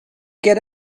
get